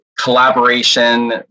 collaboration